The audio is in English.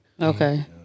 Okay